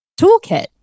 toolkit